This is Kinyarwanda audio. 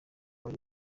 wari